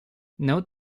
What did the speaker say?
note